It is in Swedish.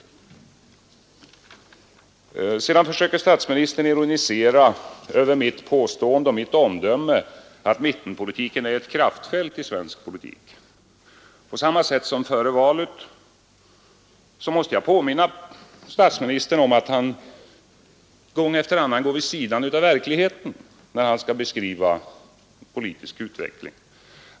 Statsministern försöker sedan ironisera över mitt påstående och omdöme att mittenpolitiken utgör ett kraftfält i svensk politik. Liksom jag gjorde före valet måste jag också nu påminna statsministern om att han gång efter annan går vid sidan om verkligheten när han beskriver den politiska utvecklingen.